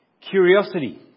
Curiosity